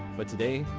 but today,